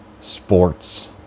sports